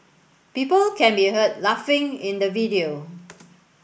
people can be heard laughing in the video